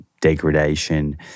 degradation